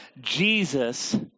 Jesus